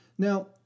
Now